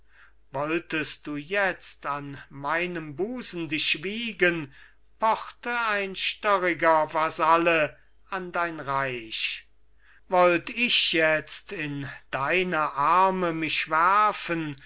wolltest du jetzt an meinem busen dich wiegen pochte ein störriger vasalle an dein reich wollt ich jetzt in deine arme mich werfen